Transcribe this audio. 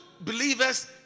believers